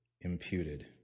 imputed